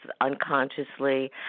unconsciously